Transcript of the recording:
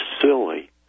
silly